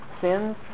sins